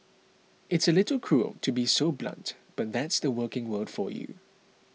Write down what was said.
it's a little cruel to be so blunt but that's the working world for you